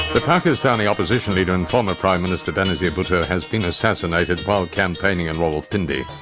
the pakistani opposition leader and former prime minister benazir bhutto has been assassinated while campaigning in rawalpindi.